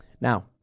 Now